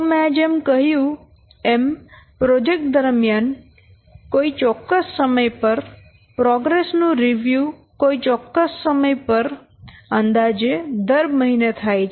તો મેં જેમ કહ્યું એમ પ્રોજેક્ટ દરમિયાન કોઈ ચોક્કસ સમય પર પ્રોગ્રેસ નું રિવ્યુ કોઈ ચોક્કસ સમય પર અંદાજે દર મહિને થાય છે